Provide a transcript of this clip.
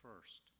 first